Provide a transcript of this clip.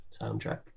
soundtrack